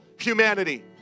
humanity